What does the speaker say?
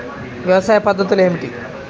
వ్యవసాయ పద్ధతులు ఏమిటి?